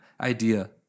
idea